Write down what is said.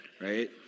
right